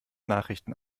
nachrichten